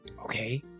Okay